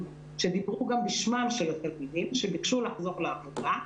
שדיברו גם בשמם של התלמידים שביקשו לחזור לעבודה.